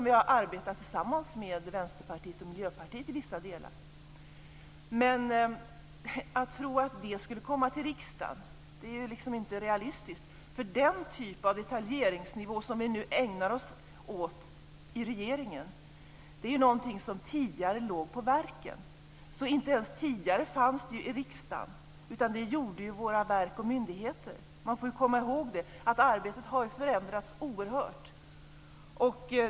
Vi har arbetat tillsammans med Att tro att det skulle komma till riksdagen är inte realistiskt. Den typ av detaljeringsnivå som vi nu ägnar oss åt i regeringen är någonting som tidigare låg på verken. Inte ens tidigare fanns det i riksdagen, utan detta gjordes av våra verk och myndigheter. Man får komma ihåg att arbetet har förändrats oerhört.